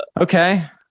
okay